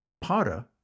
Para